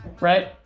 right